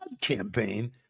campaign